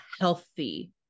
healthy